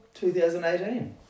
2018